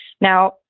Now